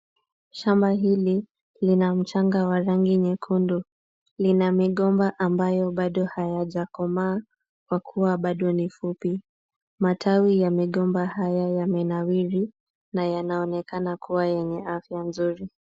Shamba hili lina mchanga wa rangi nyekundu. Lina migomba ambayo bado hayajakomaa, kwa kuwa bado ni fupi. Matawi ya migomba haya yamenawiri na yanaonekana kuwa yenye afya nzuri.